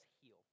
heal